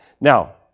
Now